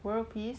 world peace !oof!